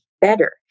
better